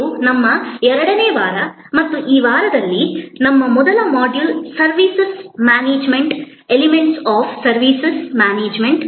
ಇದು ನಮ್ಮ 2 ನೇ ವಾರ ಮತ್ತು ಈ ವಾರದಲ್ಲಿ ನಮ್ಮ ಮೊದಲ module services management elements of services management